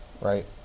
Right